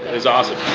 it's awesome!